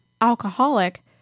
alcoholic